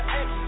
ex